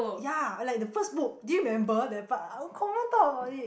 ya like the first book do you remember that part I will confirm talk about it